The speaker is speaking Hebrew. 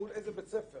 מול איזה בית ספר